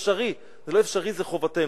אפשרי, זה לא אפשרי, זו חובתנו.